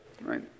right